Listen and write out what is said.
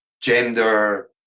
gender